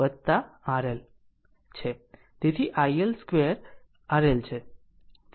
તેથી તે iL 2 RL છે